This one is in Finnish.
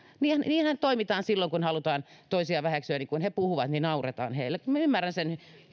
niinhän toimitaan silloin kun halutaan toisia väheksyä eli kun he puhuvat niin nauretaan heille minä ymmärrän sen